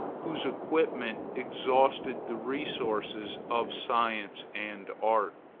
whose equipment exhausted the resources of science and art.